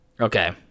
Okay